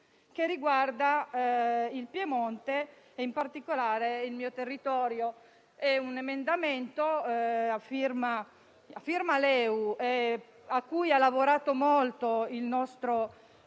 che riguarda il Piemonte e, in particolare, il mio territorio. È un emendamento a firma del Gruppo LeU, cui ha lavorato molto il nostro